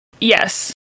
yes